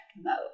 mode